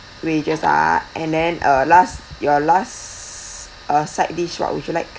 wedges ah and then uh last your last uh side dish what would you like